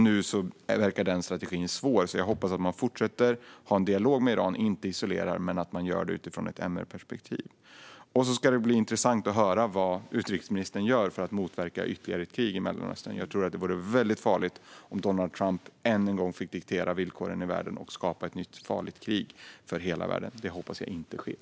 Nu verkar den strategin vara svår, så jag hoppas att man fortsätter att ha en dialog med Iran och inte isolerar utan gör det utifrån ett MR-perspektiv. Det ska bli intressant att höra vad utrikesministern gör för att motverka ytterligare ett krig i Mellanöstern. Jag tror att det vore väldigt farligt om Donald Trump än en gång fick diktera villkoren i världen och skapa ett nytt, farligt krig för hela världen. Det hoppas jag inte sker.